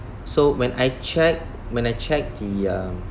so when I check when I check the uh